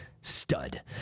stud